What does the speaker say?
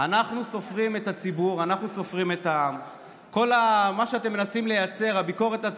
יושב-ראש, כל מיני תכסיסים שלא היו בבית הזה.